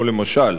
למשל: